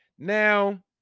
now